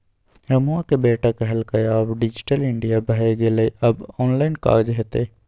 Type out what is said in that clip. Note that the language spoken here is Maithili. रमुआक बेटा कहलकै आब डिजिटल इंडिया भए गेलै आब ऑनलाइन काज हेतै